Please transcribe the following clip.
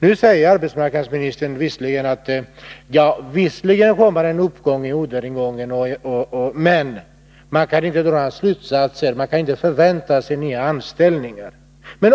Nu säger arbetsmarknadsministern: Visserligen kommer det en ökning av orderingången, men man kan inte dra några slutsatser, man kan inte förvänta sig nya anställningar.